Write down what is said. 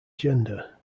gender